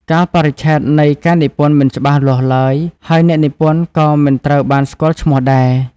កាលបរិច្ឆេទនៃការនិពន្ធមិនច្បាស់លាស់ឡើយ ហើយអ្នកនិពន្ធក៏មិនត្រូវបានស្គាល់ឈ្មោះដែរ។